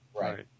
Right